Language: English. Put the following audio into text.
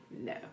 no